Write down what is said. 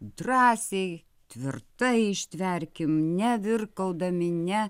drąsiai tvirtai ištverkim ne virkaudami ne